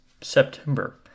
September